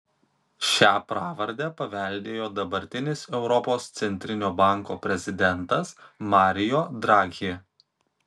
šią pravardę paveldėjo dabartinis europos centrinio banko prezidentas mario draghi